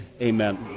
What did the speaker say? amen